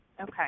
Okay